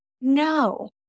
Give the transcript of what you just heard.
No